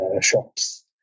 shops